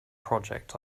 project